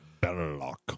Belloc